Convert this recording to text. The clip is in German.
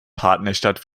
partnerstadt